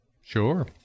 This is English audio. Sure